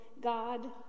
God